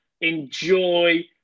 enjoy